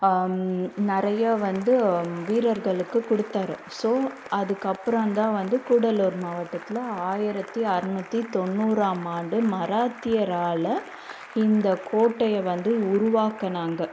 நிறையா வந்து வீரர்களுக்கு கொடுத்தாரு ஸோ அதுக்கப்புறம் தான் வந்து கூடலூர் மாவட்டத்தில் ஆயிரத்தி அறுநூற்றி தொண்ணூறாம் ஆண்டு மராத்தியரால் இந்த கோட்டையை வந்து உருவாக்குனாங்கள்